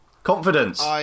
Confidence